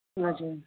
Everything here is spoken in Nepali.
हजुर